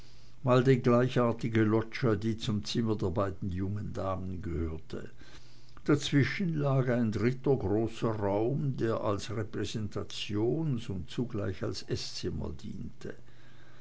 mal die gleichartige loggia die zum zimmer der beiden jungen damen gehörte dazwischen lag ein dritter großer raum der als repräsentations und zugleich als eßzimmer diente